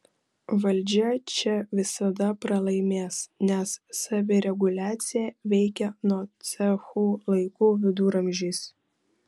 valdžia čia visada pralaimės nes savireguliacija veikia nuo cechų laikų viduramžiais